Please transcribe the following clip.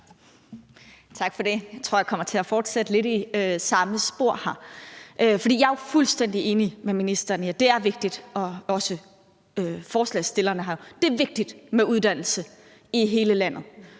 Tak for det. Jeg tror, jeg kommer til at fortsætte lidt i samme spor. Jeg er jo fuldstændig enig med ministeren og forslagsstillerne i, at det er vigtigt med uddannelse i hele landet,